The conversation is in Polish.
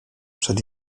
przed